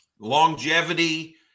longevity